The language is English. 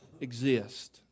exist